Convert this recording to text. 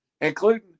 Including